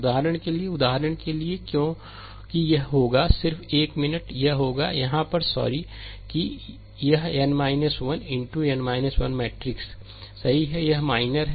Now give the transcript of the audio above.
उदाहरण के लिए उदाहरण के लिए क्योंकि यह होगा सिर्फ 1 मिनट यह होगा यहां पर सॉरी कि यह n 1 इनटू n 1 मैट्रिक्स सही है यह माइनर है